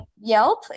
Yelp